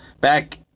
Back